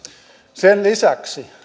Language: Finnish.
sen lisäksi